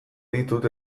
ditut